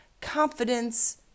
confidence